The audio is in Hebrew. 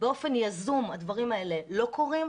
באופן יזום הדברים האלה לא קורים,